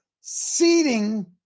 seating